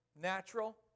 natural